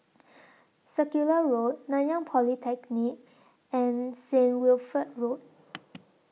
Circular Road Nanyang Polytechnic and Saint Wilfred Road